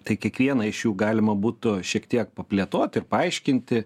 tai kiekvieną iš jų galima būtų šiek tiek paplėtot ir paaiškinti